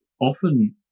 often